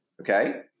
Okay